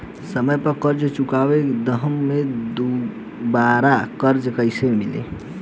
समय पर कर्जा चुका दहम त दुबाराकर्जा कइसे मिली?